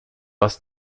was